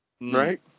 Right